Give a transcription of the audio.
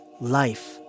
life